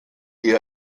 ihr